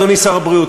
אדוני שר הבריאות,